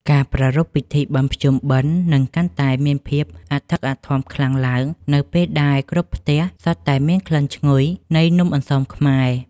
ការប្រារព្ធពិធីបុណ្យភ្ជុំបិណ្ឌនឹងកាន់តែមានភាពអធិកអធមខ្លាំងឡើងនៅពេលដែលគ្រប់ផ្ទះសុទ្ធតែមានក្លិនឈ្ងុយនៃនំអន្សមខ្មែរ។